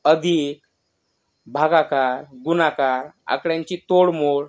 अधिक भागाकार गुणाकार आकड्यांची तोडमोड